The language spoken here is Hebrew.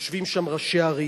יושבים שם ראשי ערים,